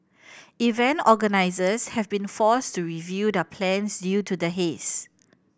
event organisers have been forced to review their plans due to the haze